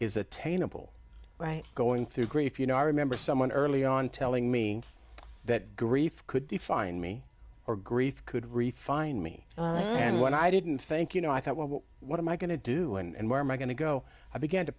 is attainable by going through grief you know i remember someone early on telling me that grief could define me or grief could refine me and when i didn't think you know i thought well what am i going to do and where my guy to go i began to